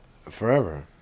forever